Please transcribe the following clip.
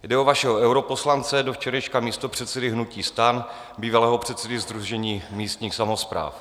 Jde o vašeho europoslance, do včerejška místopředsedu hnutí STAN, bývalého předsedu Sdružení místních samospráv.